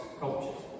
cultures